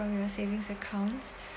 and your savings accounts